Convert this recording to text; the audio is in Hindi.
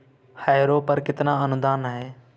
हैरो पर कितना अनुदान है?